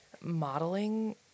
modeling